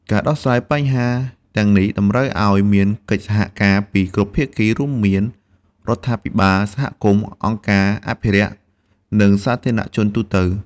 ការដោះស្រាយបញ្ហាទាំងនេះតម្រូវឲ្យមានកិច្ចសហការពីគ្រប់ភាគី រួមមានរដ្ឋាភិបាល សហគមន៍ អង្គការអភិរក្ស និងសាធារណជនទូទៅ។